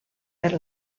per